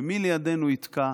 ומי לידינו יתקע,